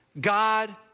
God